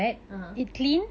(uh huh)